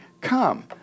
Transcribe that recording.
come